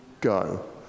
Go